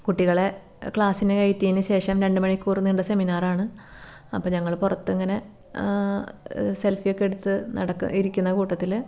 കുട്ടികളെ ക്ലാസിനു കയറ്റിയതിനു ശേഷം രണ്ടു മണിക്കൂർ നീണ്ട സെമിനാറാണ് അപ്പം ഞങ്ങൾ പുറത്ത് ഇങ്ങനെ സെൽഫിയൊക്കെ എടുത്ത് നടക്കു ഇരിക്കുന്ന കൂട്ടത്തിൽ